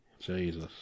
jesus